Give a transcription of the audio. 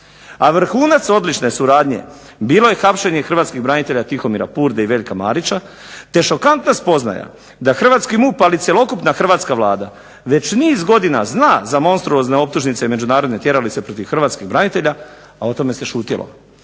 A vrhunac odlične suradnje bilo je hapšenje hrvatskih branitelja Tihomira Purde i Veljka Marića te šokantna spoznaja da hrvatski MUP ali i cjelokupna hrvatska Vlada već niz godina zna za monstruozne optužnice i međunarodne tjeralice protiv HRvatskih branitelja, a o tome se šutjelo.